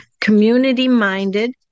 community-minded